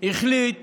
החליט